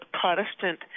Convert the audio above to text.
Protestant